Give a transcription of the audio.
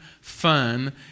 fun